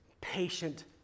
patient